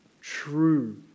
true